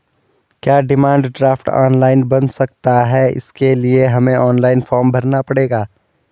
क्या demand draft online बन सकता है इसके लिए हमें ऑनलाइन फॉर्म भरना पड़ेगा?